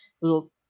little